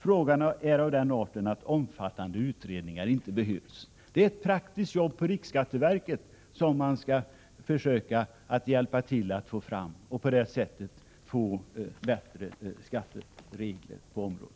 Frågan är av den arten att omfattande utredningar inte behövs. Det är ett praktiskt jobb för riksskatteverket, och man skall försöka hjälpa till att få fram bättre skatteregler på detta område.